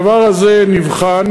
הדבר הזה נבחן.